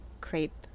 crepe